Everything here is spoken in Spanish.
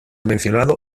mencionado